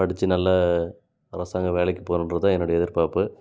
படிச்சு நல்ல அரசாங்க வேலைக்கு போகணுன்றது தான் என்னுடைய எதிர்பார்ப்பு